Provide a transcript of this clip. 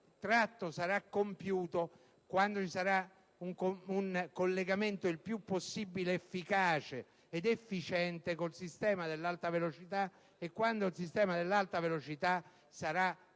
il tratto sarà compiuto quando vi sarà un collegamento, il più possibile efficace ed efficiente con il sistema dell'alta velocità e quando il sistema dell'alta velocità sarà completo